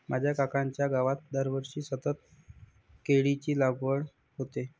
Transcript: माझ्या काकांच्या गावात दरवर्षी सतत केळीची लागवड होते